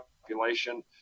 population